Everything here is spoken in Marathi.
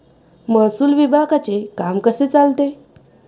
महसूल विभागाचे काम कसे चालते?